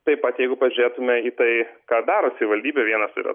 taip pat jeigu pažiūrėtumėme į tai ką daro savivaldybė vienas ir